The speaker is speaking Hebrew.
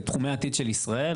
תחומי העתיד של ישראל,